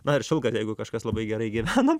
na ir šilkas jeigu kažkas labai gerai gyvena